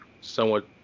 somewhat